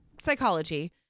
psychology